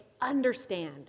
understand